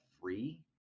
free